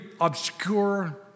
obscure